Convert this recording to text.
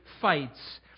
fights